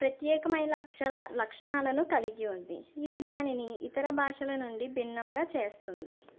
ప్రత్యేకమైన లక్ష లక్షణాలను కలిగి ఉంది ఇది దానిని ఇతర భాషల నుండి భిన్నంగా చేస్తుంది